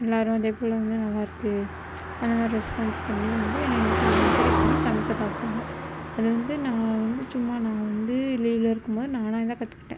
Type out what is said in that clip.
எல்லோரும் அதேபோல் வந்து நல்லாயிருக்கு அந்தமாரி ரெஸ்பான்ஸ் பண்ணி வந்து என்னை இன்னும் கொஞ்சம் என்கரேஜ் பண்ணி சமைக்க பார்ப்பாங்க அது வந்து நான் வந்து சும்மா நான் வந்து லீவில் இருக்கும் போது நானாவே தான் கற்றுக்கிட்டேன்